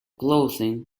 clothing